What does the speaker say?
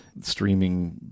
streaming